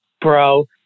bro